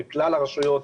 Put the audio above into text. בכלל הרשויות,